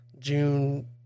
June